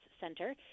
Center